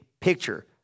picture